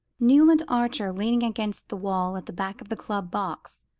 newland archer, leaning against the wall at the back of the club box,